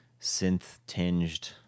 synth-tinged